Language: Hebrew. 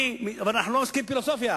אנחנו לא עוסקים בפילוסופיה,